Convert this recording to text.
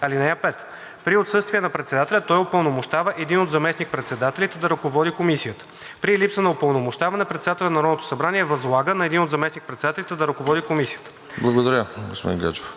(5) При отсъствие на председателя той упълномощава един от заместник-председателите да ръководи комисията. При липса на упълномощаване председателят на Народното събрание възлага на един от заместник-председателите да ръководи комисията. ПРЕДСЕДАТЕЛ РОСЕН ЖЕЛЯЗКОВ: Благодаря, господин Гаджев.